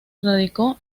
radicó